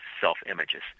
self-images